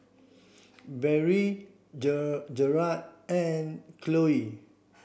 Barrie Jared and Khloe